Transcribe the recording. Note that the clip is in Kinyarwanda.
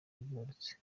yibarutse